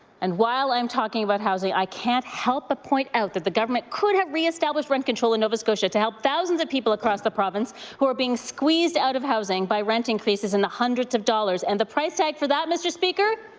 and while i'm talking about housing, i can't help but ah point out that the government could have re-established rent control in nova scotia to help thousand of people across the province who are being squeezed out of housing by rent increases in the hundreds of dollars and the price tag for that, mr. speaker?